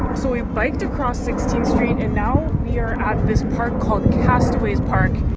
so we biked across sixteenth street and now we are at this park called castaways park